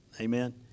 Amen